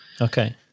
Okay